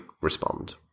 respond